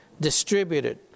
distributed